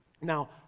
Now